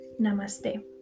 namaste